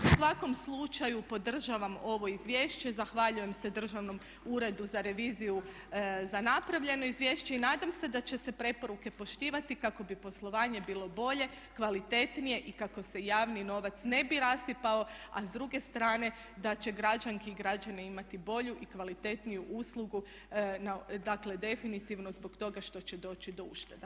U svakom slučaju podržavam ovo izvješće, zahvaljujem se Državnom uredu za reviziju za napravljeno izvješće i nadam se da će se preporuke poštivati kako bi poslovanje bilo bolje, kvalitetnije i kako se javni novac ne bi rasipao a s druge strane da će građanke i građani imati bolju i kvalitetniju uslugu, dakle definitivno zbog toga što će doći do ušteda.